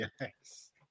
Yes